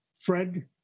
Fred